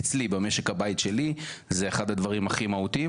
אצלי במשק הבית שלי זה אחד הדברים הכי מהותיים,